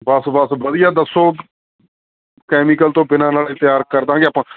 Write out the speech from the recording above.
ਬਸ ਬਸ ਵਧੀਆ ਦੱਸੋ ਕੈਮੀਕਲ ਤੋਂ ਬਿਨਾਂ ਨਾਲ ਤਿਆਰ ਕਰ ਦਾਂਗੇ ਆਪਾਂ